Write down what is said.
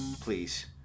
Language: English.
please